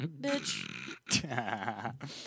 bitch